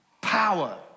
power